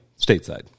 stateside